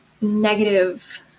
negative